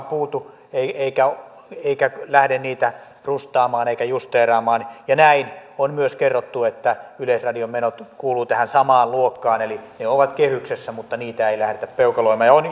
puutu eikä lähde niitä rustaamaan eikä justeeraamaan näin on myös kerrottu että yleisradion menot kuuluvat tähän samaan luokkaan eli ne ovat kehyksessä mutta niitä ei lähdetä peukaloimaan ja on